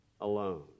alone